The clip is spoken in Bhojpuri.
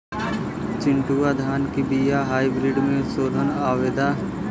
चिन्टूवा धान क बिया हाइब्रिड में शोधल आवेला?